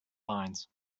lines